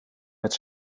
met